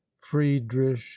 friedrich